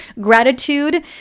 Gratitude